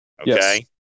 Okay